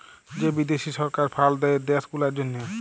যে বিদ্যাশি সরকার ফাল্ড দেয় দ্যাশ গুলার জ্যনহে